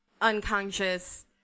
unconscious